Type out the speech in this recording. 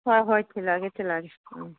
ꯍꯣꯏ ꯍꯣꯏ ꯊꯤꯜꯂꯛꯑꯒꯦ ꯊꯤꯜꯂꯛꯑꯒꯦ ꯎꯝ